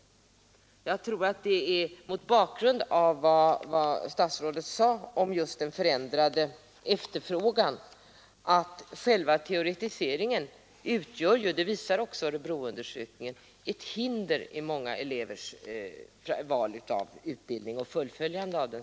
Mot bakgrund av vad statsrådet sade om den förändrade efterfrågan vill jag säga att jag tror att själva teoretiseringen — det visar också Örebroundersökningen — utgör ett hinder för många elevers val av utbildning eller för fullföljandet av den.